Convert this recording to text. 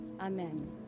amen